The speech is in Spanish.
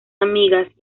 amigas